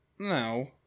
No